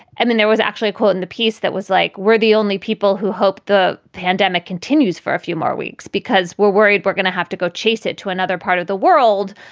and then there was actually a quote in the piece that was like, we're the only people who hoped the pandemic continues for a few more weeks because we're worried we're gonna have to go chase it to another part of the world,